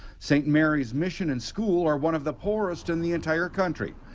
st. mary's mission and school are one of the poorest in the entire country.